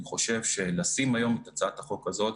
אני חושב שצריך לשים היום את הצעת החוק הזו,